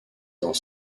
dans